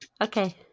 okay